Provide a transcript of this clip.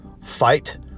Fight